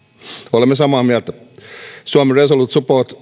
olemme samaa mieltä suomen resolute support